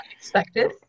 expected